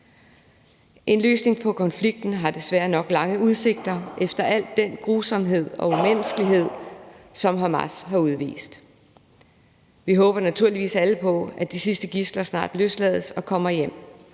En løsning på konflikten har desværre nok lange udsigter efter al den grusomhed og umenneskelighed, som Hamas har udvist. Vi håber naturligvis alle på, at de sidste gidsler snart løslades og kommer hjem.